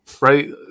right